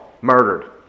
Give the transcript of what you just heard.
murdered